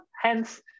hence